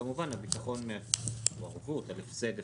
כמובן שהביטחון הוא ערבות על הפסד אפשרי.